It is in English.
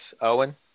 Owen